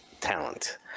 talent